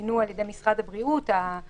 שצוינו על ידי משרד הבריאות: האכילה,